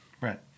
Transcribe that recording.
Right